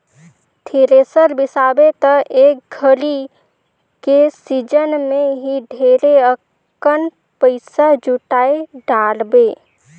thresher बिसाबे त एक घरी के सिजन मे ही ढेरे अकन पइसा जुटाय डारबे